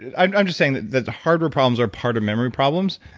i'm i'm just saying that the hardware problems are part of memory problems,